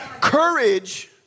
Courage